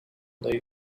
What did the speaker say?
lay